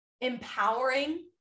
empowering